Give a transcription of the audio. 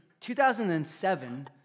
2007